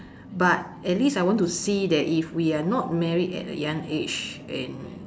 but at least I want to see that if we are not married at a young age and